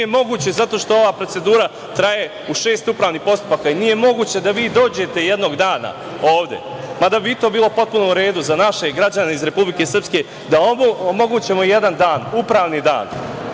nije moguće zato što ova procedura traje u šest upravnih postupaka i nije moguće da vi dođete jednog dana ovde, mada bi i to bilo potpuno u redu, za naše građane iz Republike Srpske da omogućimo jedan dan, upravni dan